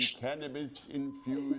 cannabis-infused